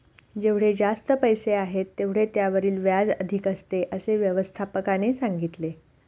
जेवढे जास्त पैसे आहेत, तेवढे त्यावरील व्याज अधिक असते, असे व्यवस्थापकाने सांगितले